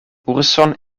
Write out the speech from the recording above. urson